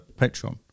Patreon